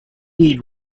need